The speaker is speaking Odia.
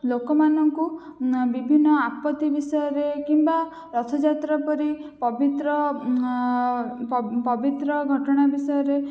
ଲୋକମାନଙ୍କୁ ବିଭିନ୍ନ ଆପତ୍ତି ବିଷୟରେ କିମ୍ୱା ରଥଯାତ୍ରା ପରି ପବିତ୍ର ପବିତ୍ର ଘଟଣା ବିଷୟରେ